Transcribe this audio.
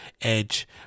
edge